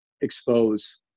expose